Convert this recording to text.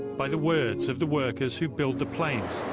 by the words of the workers who build the planes.